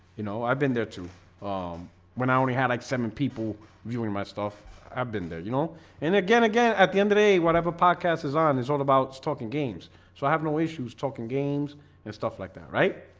you know. i've been there too um when i only had like seven people viewing my stuff i've been there you know and again again at the end of a whatever podcast is on is all about stalking games so i have no issues talking games and stuff like that. right?